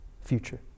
future